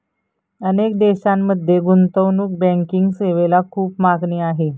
अनेक देशांमध्ये गुंतवणूक बँकिंग सेवेला खूप मागणी आहे